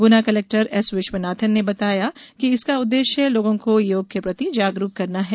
गुना collector S Vishwanathan ने बताया कि इसका उद्देश्य लोगों को योग के प्रति जागरुक करना है